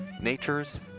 nature's